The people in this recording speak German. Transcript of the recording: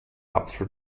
apfel